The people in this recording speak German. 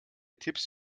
tipps